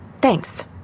thanks